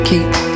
Keep